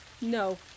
No